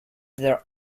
their